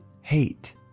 hate